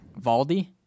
Valdi